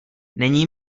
není